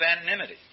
anonymity